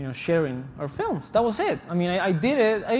sharing our films. that was it. i mean i did it.